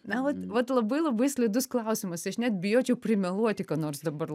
na vat vat labai labai slidus klausimas aš net bijočiau primeluoti ką nors dabar